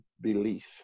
belief